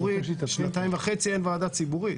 שנתיים וחצי אין ועדה ציבורית.